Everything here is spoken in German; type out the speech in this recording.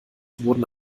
wurden